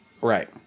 Right